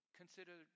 consider